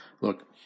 look